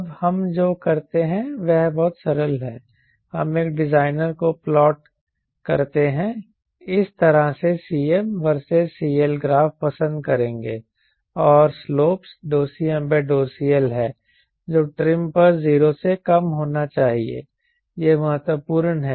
अब हम जो करते हैं वह बहुत सरल है हम एक डिजाइनर को प्लॉट करते हैं इस तरह से Cm वर्सेस CL ग्राफ पसंद करेंगे और स्लोप CmCL है जो ट्रिम पर 0 से कम होना चाहिए यह महत्वपूर्ण है